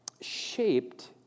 shaped